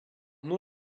nur